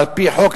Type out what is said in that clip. על-פי חוק,